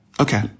Okay